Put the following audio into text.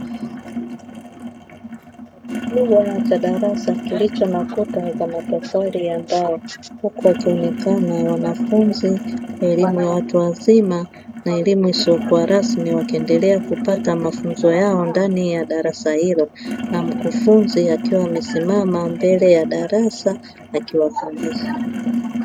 Chumba kikubwa cha darasa kilicho na kuta za matofali ya mbao, huku wakionekana wanafunzi elimu ya watu wazima na elimu isiyo kuwa rasmi wakiendelea kupata mafunzo yao ndani ya darasa hilo, na mkufunzi akiwa amesimama mbele ya darasa akiwafundisha.